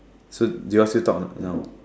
so do you all still talk or not now